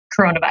coronavirus